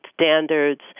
standards